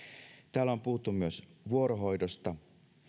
täällä on puhuttu myös vuorohoidosta